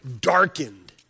darkened